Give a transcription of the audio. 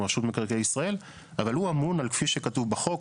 רשות מקרקעי ישראל אבל הוא אמון על כפי שכתוב בחוק,